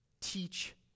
teach